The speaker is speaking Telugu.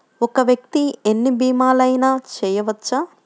ఒక్క వ్యక్తి ఎన్ని భీమలయినా చేయవచ్చా?